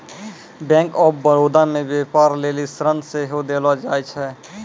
bank of Baroda मे व्यपार लेली ऋण सेहो देलो जाय छै